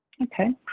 Okay